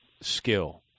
skill